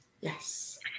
Yes